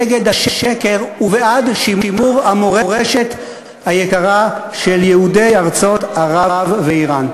נגד השקר ובעד שימור המורשת היקרה של יהודי ארצות ערב ואיראן.